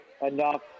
enough